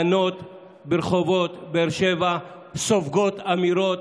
בנות ברחובות באר שבע סופגות אמירות